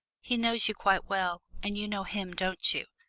he knows you quite well, and you know him, don't you?